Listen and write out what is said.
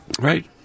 Right